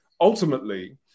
Ultimately